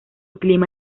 clima